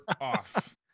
off